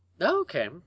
Okay